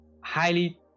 highly